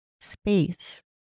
space